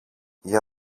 για